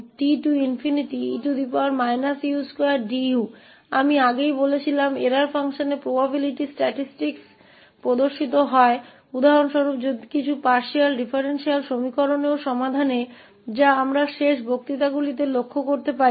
और जैसा कि मैंने पहले कहा था कि त्रुटि फ़ंक्शन संभाव्यता आंकड़ों में प्रकट होता है उदाहरण के लिए कुछ आंशिक अंतर समीकरणों के समाधान में भी जिन्हें हम पिछले व्याख्यान में देख सकते हैं